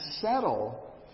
settle